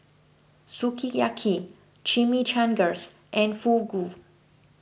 Sukiyaki Chimichangas and Fugu